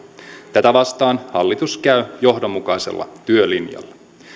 tätä vastaan hallitus käy johdonmukaisella työlinjalla